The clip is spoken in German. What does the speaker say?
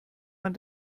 man